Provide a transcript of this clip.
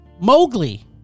Mowgli